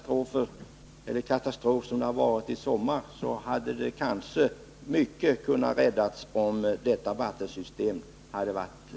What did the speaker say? Vid en sådan katastrof som den som inträffade i somras hade kanske mycket kunnat räddas, om detta vattensystem hade varit O. K.